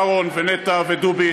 אהרון ונטע ודובי,